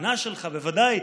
הטענה שלך בוודאי,